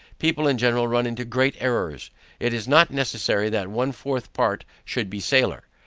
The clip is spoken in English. people in general run into great errors it is not necessary that one fourth part should be sailor.